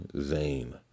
zane